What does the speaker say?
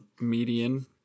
median